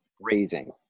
raising